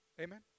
Amen